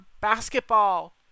basketball